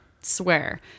swear